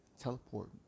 teleport